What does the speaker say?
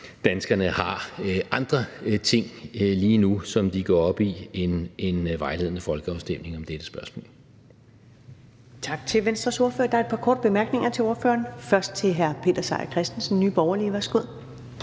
danskerne har andre ting lige nu, som de går op i, end en vejledende folkeafstemning om dette spørgsmål. Kl. 21:40 Første næstformand (Karen Ellemann): Tak til Venstres ordfører. Der er et par korte bemærkninger til ordføreren. Først er det til hr. Peter Seier Christensen, Nye Borgerlige. Værsgo.